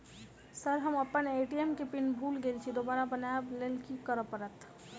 Sir हम अप्पन ATM केँ पिन भूल गेल छी दोबारा बनाब लैल की करऽ परतै?